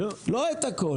לא הכול.